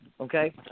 okay